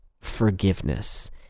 forgiveness